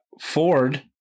Ford